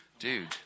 Dude